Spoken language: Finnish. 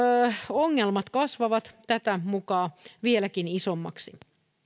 ongelmat kasvavat tätä mukaa vieläkin isommiksi